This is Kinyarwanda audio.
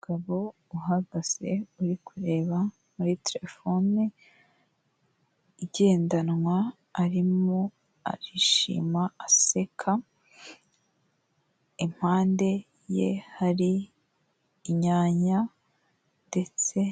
Umugabo uhagaze uri kureba muri terefone igendanwa, arimo arishima aseka, impande ye hari inyanya ndetse.